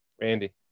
Randy